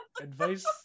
advice